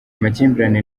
amakimbirane